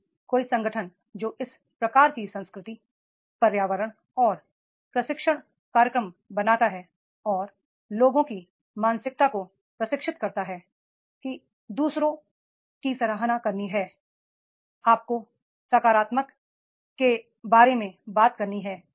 यदि कोई संगठन जो इस प्रकार की संस्कृति पर्यावरण और प्रशिक्षण कार्यक्रम बनाता है और लोगों की मानसिकता को प्रशिक्षित करता है कि आपको दू सरों की सराहना करनी है आपको सकारात्मकता के बारे में बात करनी है